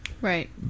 Right